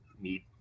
meet